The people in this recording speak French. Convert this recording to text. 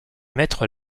maîtres